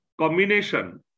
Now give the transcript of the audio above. combination